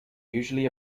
usually